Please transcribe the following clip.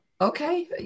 okay